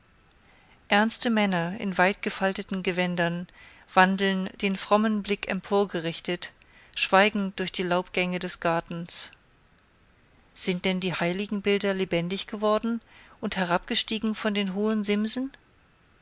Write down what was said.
ernste männer in weit gefalteten gewändern wandeln den frommen blick emporgerichtet schweigend durch die laubgänge des gartens sind denn die heiligenbilder lebendig worden und herabgestiegen von den hohen simsen